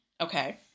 okay